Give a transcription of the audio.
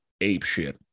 apeshit